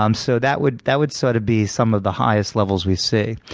um so that would that would sort of be some of the highest levels we see.